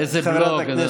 איזה בלוק?